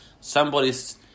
Somebody's